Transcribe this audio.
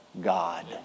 God